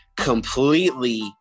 completely